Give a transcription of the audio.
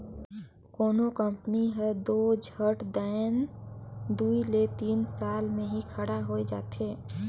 कोनो कंपनी हर दो झट दाएन दुई ले तीन साल में ही खड़ा होए जाथे